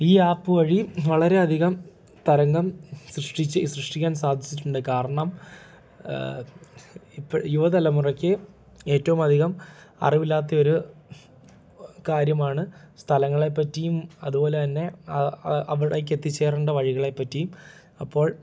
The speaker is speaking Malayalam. ഈ ആപ്പ് വഴി വളരെ അധികം തരങ്കം സൃഷ്ടിച്ച് സൃഷ്ടിക്കാൻ സാധിച്ചിട്ടുണ്ട് കാരണം ഇപ്പം യുവതലമുറയ്ക്ക് ഏറ്റവും അധികം അറിവില്ലാത്തെ ഒരു കാര്യമാണ് സ്ഥലങ്ങളെ പറ്റിയും അതുപോലെ തന്നെ അവിടേക്കെത്തിച്ചേരേണ്ട വഴികളെ പറ്റിയും അപ്പോൾ